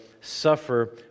suffer